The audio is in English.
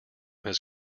his